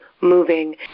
moving